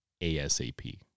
ASAP